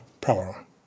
power